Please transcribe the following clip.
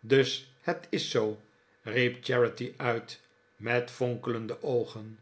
dus het is zoo riep charity uit met fonkelende oogen